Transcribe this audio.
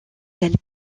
elle